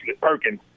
Perkins